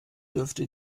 dürfte